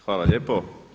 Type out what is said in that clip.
Hvala lijepo.